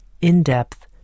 in-depth